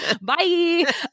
Bye